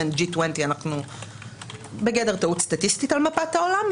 אנחנו בגדר טעות סטטיסטית על מפת העולם,